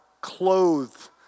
clothed